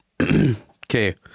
Okay